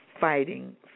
fighting